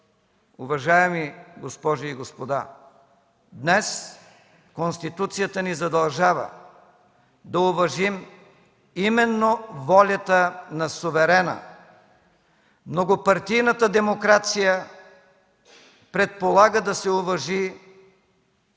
Уважаеми госпожи и господа! Днес Конституцията ни задължава да уважим именно волята на суверена. Многопартийната демокрация предполага да се уважи